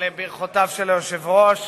לברכותיו של היושב-ראש